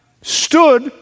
stood